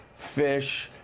fish.